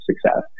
success